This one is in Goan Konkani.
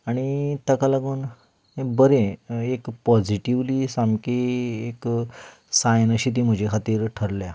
आनी ताका लागून एक बरें एक पॉजिटीव्ली सामकी एक सायन अशी ती म्हज्या खातीर थरल्या